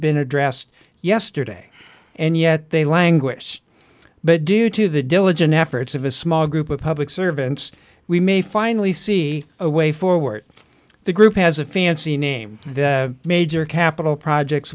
been addressed yesterday and yet they languish but due to the diligent efforts of a small group of public servants we may finally see a way forward the group has a fancy name the major capital projects